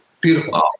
Beautiful